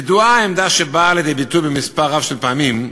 ידועה העמדה שבאה לידי ביטוי מספר רב של פעמים,